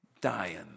dying